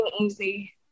easy